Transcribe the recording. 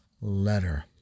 letter